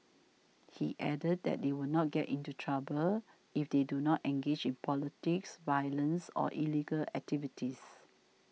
he added that they would not get into trouble if they do not engage in politics violence or illegal activities